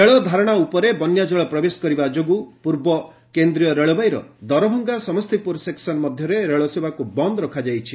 ରେଳ ଧାରଣା ଉପରେ ବନ୍ୟାଜଳ ପ୍ରବେଶ କରିବା ଯୋଗୁଁ ପୂର୍ବ କେନ୍ଦ୍ରୀୟ ରେଳବାଇର ଦରଭଙ୍ଗା ସମ୍ଭିପ୍ରର ସେକୁନ ମଧ୍ୟରେ ରେଳସେବାକୁ ବନ୍ଦ୍ ରଖାଯାଇଛି